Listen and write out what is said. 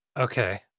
Okay